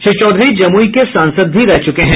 श्री चौधरी जमुई के सांसद भी रह चुके हैं